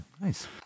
nice